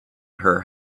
her